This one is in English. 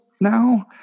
now